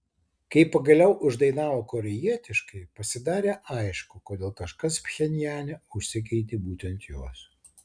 kai pagaliau uždainavo korėjietiškai pasidarė aišku kodėl kažkas pchenjane užsigeidė būtent jos